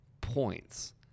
points